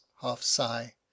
half-sigh